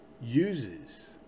uses